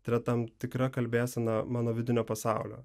tai yra tam tikra kalbėsena mano vidinio pasaulio